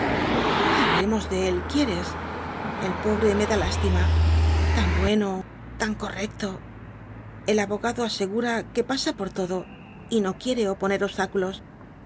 no hablemos de él quieres el pobre me da lástima tan bueno tan correcto el abogado asegura que pasa por todo y no quiere oponer obstáculos